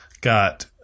got